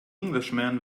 englishman